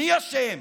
מי אשם?